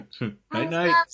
night-night